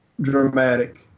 dramatic